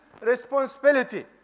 responsibility